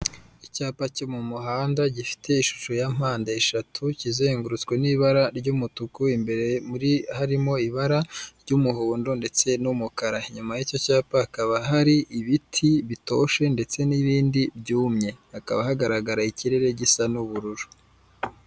Icyapa cyo mu muhanda gifite ishusho ya mpande eshatu kizengurutswe n'ibara ry'umutuku imbere muri harimo ibara ry'umuhondo ndetse n'umukara inyuma y'icyo cyapa hakaba hari ibiti bitoshye ndetse n'ibindi byumye, hakaba hagaragara ikirere gisa n'ubururu.